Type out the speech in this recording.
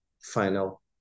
final